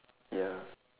ya